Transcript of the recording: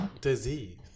disease